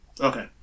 Okay